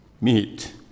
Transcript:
meet